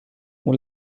اون